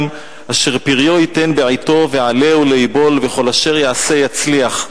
אשר פריו יתן בעתו ועלהו לא יבול וכל אשר יעשה יצליח".